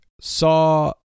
saw